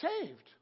saved